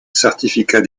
certificat